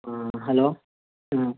ꯎꯝ hello ꯎꯝ